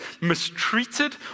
mistreated